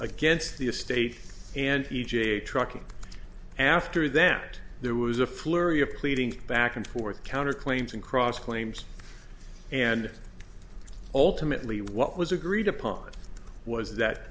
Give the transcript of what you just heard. against the estate and e j trucking after that there was a flurry of pleading back and forth counter claims and cross claims and ultimately what was agreed upon was that